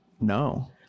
No